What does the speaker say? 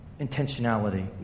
intentionality